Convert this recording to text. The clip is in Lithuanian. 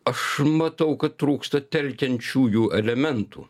aš matau kad trūksta telkiančiųjų elementų